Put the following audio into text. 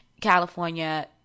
California